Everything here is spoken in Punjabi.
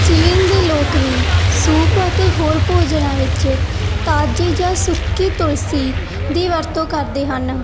ਚੀਨ ਦੇ ਲੋਕ ਵੀ ਸੂਪ ਅਤੇ ਹੋਰ ਭੋਜਨਾਂ ਵਿੱਚ ਤਾਜ਼ੀ ਜਾਂ ਸੁੱਕੀ ਤੁਲਸੀ ਦੀ ਵਰਤੋਂ ਕਰਦੇ ਹਨ